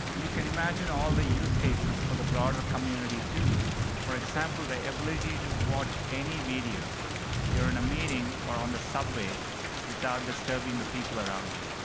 you can imagine all the use cases for the broader community too for example, the ability to watch any video if you're in a meeting or on the subway without disturbing the people around you.